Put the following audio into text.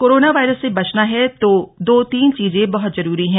corona virus से बचना है तो दो तीन चीजें बहत जरूरी हैं